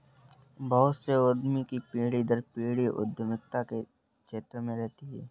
बहुत से उद्यमी की पीढ़ी दर पीढ़ी उद्यमिता के क्षेत्र में रहती है